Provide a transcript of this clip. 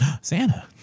Santa